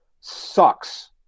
sucks